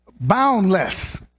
boundless